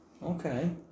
Okay